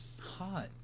Hot